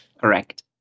correct